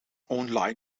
online